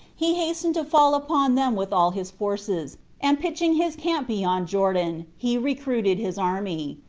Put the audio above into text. he hasted to fall upon them with all his forces, and pitching his camp beyond jordan, he recruited his army.